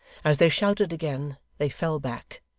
as they shouted again, they fell back,